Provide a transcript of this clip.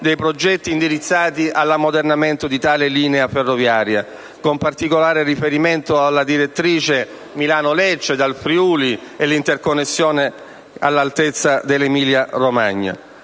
dei progetti indirizzati all'ammodernamento di tale linea ferroviaria, con particolare riferimento alla direttrice Milano-Lecce, dal Friuli, ed all'interconnessione all'altezza dell'Emilia-Romagna,